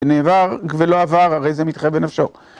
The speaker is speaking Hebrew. נעבר ולא עבר, הרי זה מתחייב בנפשו.